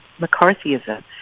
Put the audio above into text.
mccarthyism